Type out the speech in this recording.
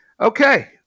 Okay